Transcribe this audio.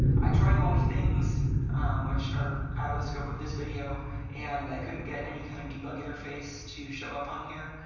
i tried a lot of things which are out of the scope of this video and i couldn't get any kind of debug interface to show up on here.